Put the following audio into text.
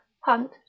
hunt